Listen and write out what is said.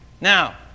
Now